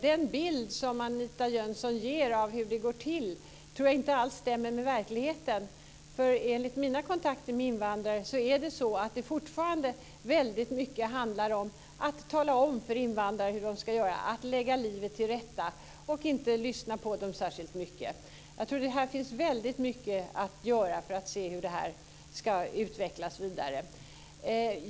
Den bild som Anita Jönsson ger av hur det går till tror jag inte alls stämmer med verkligheten. Enligt mina kontakter med invandrare handlar det fortfarande väldigt mycket om att tala om för invandrarna hur de ska göra, att lägga livet till rätta för dem och inte lyssna på dem särskilt mycket. Här tror jag att det finns väldigt mycket att göra för att se hur detta ska utvecklas vidare.